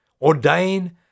ordain